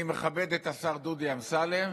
אני מכבד את השר דודי אמסלם,